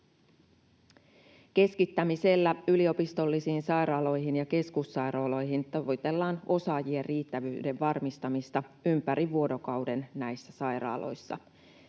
Keskittämisellä yliopistollisiin sairaaloihin ja keskussairaaloihin tavoitellaan osaajien riittävyyden varmistamista ympäri vuorokauden näissä sairaaloissa.